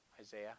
Isaiah